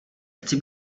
chci